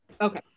Okay